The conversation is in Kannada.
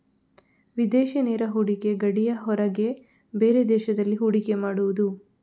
ವಿದೇಶಿ ನೇರ ಹೂಡಿಕೆ ಗಡಿಯ ಹೊರಗೆ ಬೇರೆ ದೇಶದಲ್ಲಿ ಹೂಡಿಕೆ ಮಾಡುದು